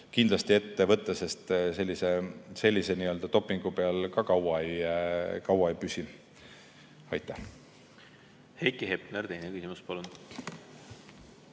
kindlasti ette võtta, sest sellise dopingu peal ka kaua ei püsi. Heiki Hepner, teine küsimus, palun!